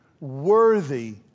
worthy